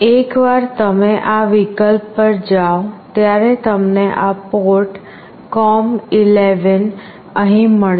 એકવાર તમે આ વિકલ્પ પર જાઓ ત્યારે તમને આ પોર્ટ com11 અહીં મળશે